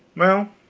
well,